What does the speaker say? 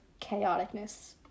chaoticness